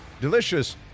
delicious